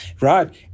right